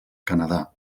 canadà